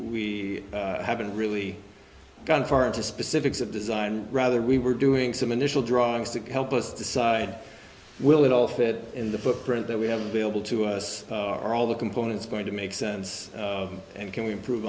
we haven't really gone far into specifics of design rather we were doing some initial drawings to help us decide will it all fit in the footprint that we have been able to us are all the components going to make sense and can we improve